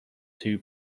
two